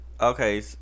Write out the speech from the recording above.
Okay